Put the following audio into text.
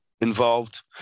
involved